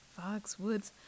Foxwoods